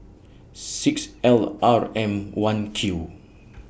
six L R M one Q